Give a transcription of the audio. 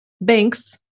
banks